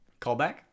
callback